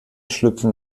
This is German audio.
schlüpfen